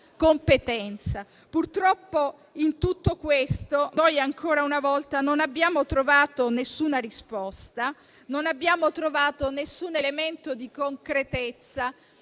competenza. Purtroppo, a tutto questo, ancora una volta, non abbiamo trovato nessuna risposta e nessun elemento di concretezza